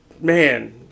Man